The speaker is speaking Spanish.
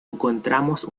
encontramos